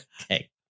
Okay